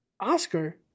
Oscar